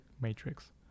matrix